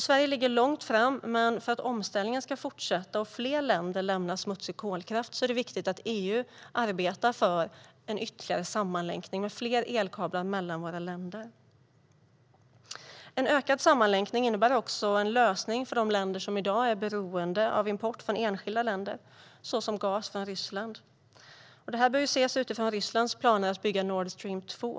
Sverige ligger alltså långt framme, men för att omställningen ska fortsätta och fler länder lämna smutsig kolkraft är det viktigt att EU arbetar för en ytterligare sammanlänkning, med fler elkablar mellan våra länder. En ökad sammanlänkning innebär också en lösning för de länder som i dag är beroende av import från enskilda länder, till exempel av gas från Ryssland. Det här bör ses utifrån Rysslands planer att bygga Nord Stream 2.